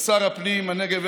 שר הפנים והנגב,